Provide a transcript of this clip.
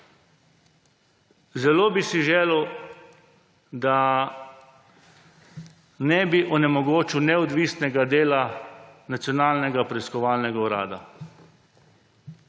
Zelo bi si želel, da ne bi onemogočil neodvisnega dela Nacionalnega preiskovalnega urada.